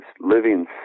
living